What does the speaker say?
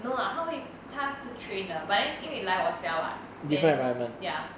no lah 它会它是 train 的 but then 因为来我家 [what] then ya